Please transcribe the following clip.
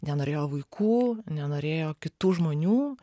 nenorėjo vaikų nenorėjo kitų žmonių